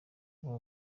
kuba